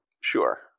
Sure